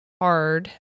hard